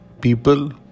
people